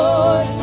Lord